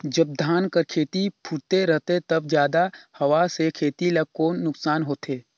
जब धान कर खेती फुटथे रहथे तब जादा हवा से खेती ला कौन नुकसान होथे?